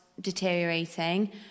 deteriorating